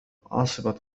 عاصمة